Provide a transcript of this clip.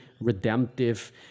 redemptive